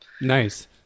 Nice